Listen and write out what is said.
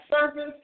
service